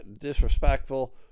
disrespectful